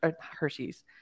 Hershey's